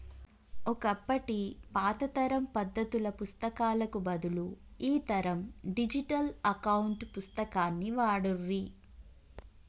ఒకప్పటి పాత తరం పద్దుల పుస్తకాలకు బదులు ఈ తరం డిజిటల్ అకౌంట్ పుస్తకాన్ని వాడుర్రి